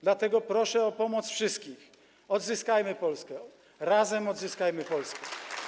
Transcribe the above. Dlatego proszę o pomoc wszystkich: odzyskajmy Polskę, razem odzyskajmy Polskę.